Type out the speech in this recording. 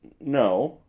no.